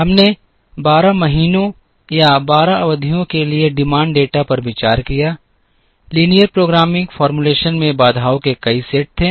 हमने 12 महीनों या 12 अवधियों के लिए डिमांड डेटा पर विचार किया लीनियर प्रोग्रामिंग फॉर्मुलेशन में बाधाओं के कई सेट थे